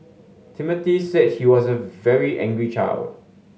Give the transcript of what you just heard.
Timothy said he was a very angry child